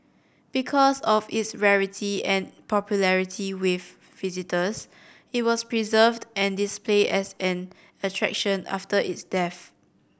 because of its rarity and popularity with visitors it was preserved and displayed as an attraction after its death